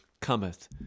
cometh